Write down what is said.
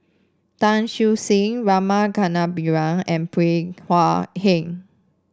Tan Siew Sin Rama Kannabiran and Bey Hua Heng